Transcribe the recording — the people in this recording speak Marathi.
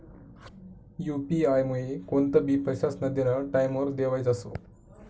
यु.पी आयमुये कोणतंबी पैसास्नं देनं टाईमवर देवाई जास